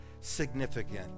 significant